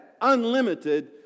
unlimited